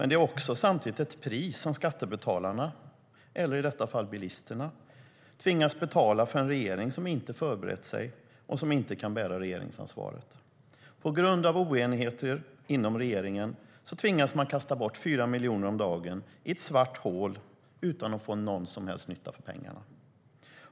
Det är samtidigt ett pris som skattebetalarna eller i detta fall bilisterna tvingas betala för en regering som inte förberett sig och som inte kan bära regeringsansvaret. På grund av oenigheter inom regeringen tvingas man kasta bort 4 miljoner om dagen i ett svart hål utan att få någon som helst nytta för pengarna.